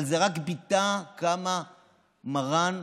אבל זה רק ביטא כמה אצל מרן,